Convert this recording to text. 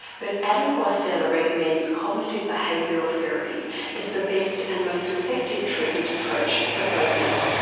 but adam guastella recommends cognitive behavioural therapy as the best and most effective treatment approach for phobias.